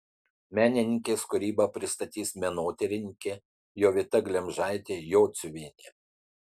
menininkės kūrybą pristatys menotyrininkė jovita glemžaitė jociuvienė